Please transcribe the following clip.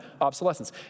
obsolescence